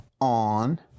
on